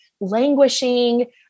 languishing